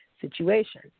situation